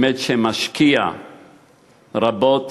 שבאמת משקיע רבות